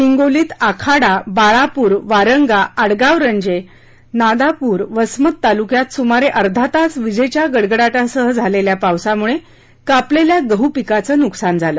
हिंगोलीत आखाडा बाळापूर वारंगा आडगाव रंजे नादापुर वसमत तालुक्यात सुमारे अर्धा तास विजेच्या गडगडाटासह झालेल्या पावसामुळे कापलेल्या गहूपिकाचे नुकसान झालं